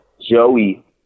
Joey